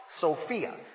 Sophia